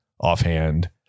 offhand